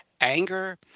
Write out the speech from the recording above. anger